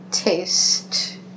taste